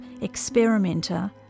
experimenter